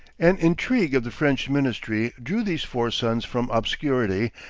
an intrigue of the french ministry drew these four sons from obscurity,